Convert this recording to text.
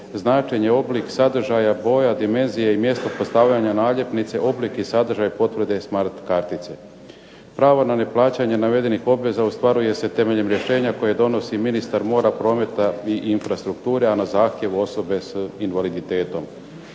značenje, oblik, sadržaja, boja, dimenzije i mjesto postavljanja naljepnice, oblik i sadržaj potvrde smart kartice. Pravo na neplaćanje navedenih obveza ostvaruje se temeljem rješenja koje donosi ministar mora, prometa i infrastrukture, a na zahtjev osobe sa invaliditetom.